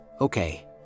okay